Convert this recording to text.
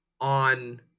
on